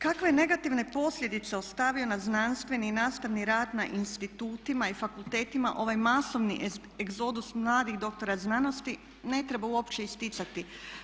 Kakve negativne posljedice je ostavio na znanstveni i nastavni rad na institutima i fakultetima ovaj masovni egzodus mladih doktora znanosti ne treba uopće isticati.